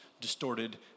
distorted